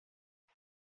los